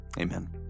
Amen